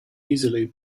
easily